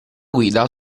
guida